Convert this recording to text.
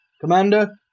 Commander